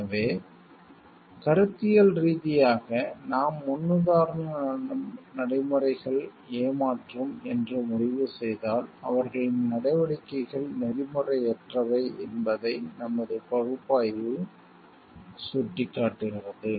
எனவே கருத்தியல் ரீதியாக நாம் முன்னுதாரண நடைமுறைகள் ஏமாற்றும் என்று முடிவு செய்தால் அவர்களின் நடவடிக்கைகள் நெறிமுறையற்றவை என்பதை நமது பகுப்பாய்வு சுட்டிக்காட்டுகிறது